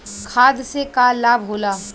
खाद्य से का लाभ होला?